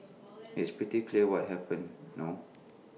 it's pretty clear what happened no